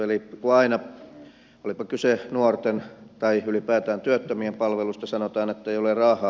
eli aina olipa kyse nuorten tai ylipäätään työttömien palveluista sanotaan ettei ole rahaa